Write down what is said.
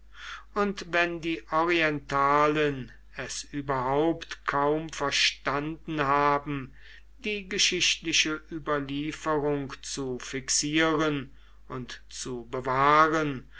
und wenn die orientalen es überhaupt kaum verstanden haben die geschichtliche überlieferung zu fixieren und zu bewahren